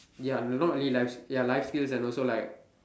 ya not not really life ya life skills and also like